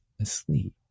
asleep